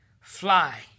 fly